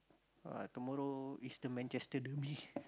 uh tomorrow if the Manchester